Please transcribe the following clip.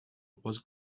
was